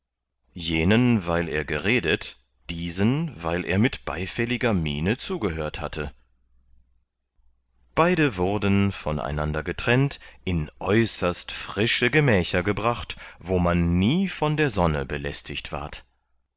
jenen weil er geredet diesen weil er mit beifälliger miene zugehört hatte beide wurden von einander getrennt in äußerst frische gemächer gebracht wo man nie von der sonne belästigt ward